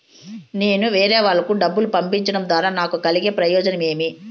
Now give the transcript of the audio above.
నేను వేరేవాళ్లకు డబ్బులు పంపించడం ద్వారా నాకు కలిగే ప్రయోజనం ఏమి?